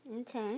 Okay